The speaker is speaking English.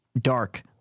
Dark